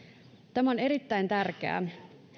tämä on erittäin tärkeää